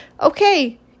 Okay